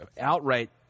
outright